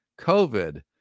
COVID